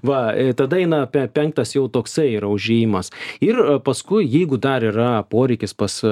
va tą dainą apie penktas jau toksai yra užėjimas ir paskui jeigu dar yra poreikis pas